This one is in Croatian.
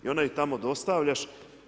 I onda ih tamo dostavljaš.